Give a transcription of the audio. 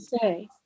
say